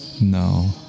No